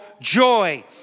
joy